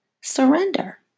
surrender